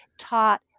taught